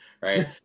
right